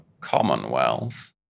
Commonwealth